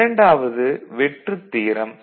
இரண்டாவது வெற்று தியரம்